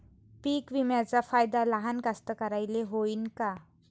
पीक विम्याचा फायदा लहान कास्तकाराइले होईन का?